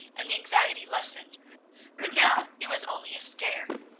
and the anxiety lessened but now it was only a scare.